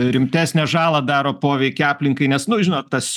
rimtesnę žalą daro poveikį aplinkai nes nu žinot tas